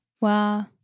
Wow